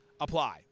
apply